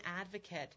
advocate